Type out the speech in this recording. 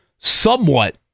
somewhat